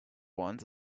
wants